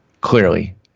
Clearly